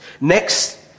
Next